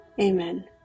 Amen